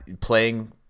playing